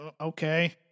okay